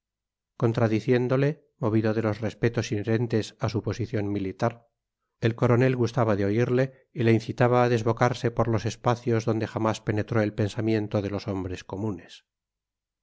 contradiciéndole movido de los respetos inherentes a su posición militar el coronel gustaba de oírle y le incitaba a desbocarse por los espacios donde jamás penetró el pensamiento de los hombres comunes